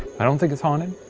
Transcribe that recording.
i don't think it's haunted.